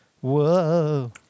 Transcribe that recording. Whoa